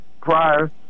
prior